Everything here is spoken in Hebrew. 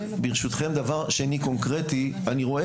ברשותכם, דבר שני קונקרטי, אני רואה